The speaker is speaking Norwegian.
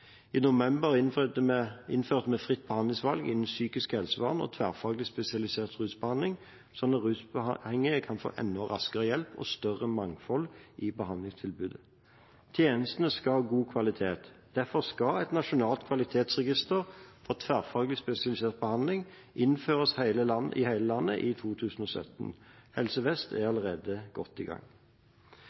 I november innførte vi fritt behandlingsvalg innen psykisk helsevern og tverrfaglig spesialisert rusbehandling, slik at rusavhengige kan få enda raskere hjelp og større mangfold i behandlingstilbudet. Tjenestene skal ha god kvalitet. Derfor skal et nasjonalt kvalitetsregister og tverrfaglig spesialisert behandling innføres i hele landet i 2017. Helse Vest er allerede godt i gang.